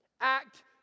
Act